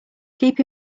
keep